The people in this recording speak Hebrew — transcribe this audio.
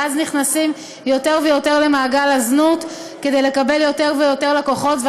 ואז נכנסים יותר ויותר למעגל הזנות כדי לקבל יותר ויותר לקוחות,